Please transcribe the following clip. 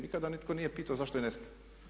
Nikada nitko nije pitao zašto je nestala.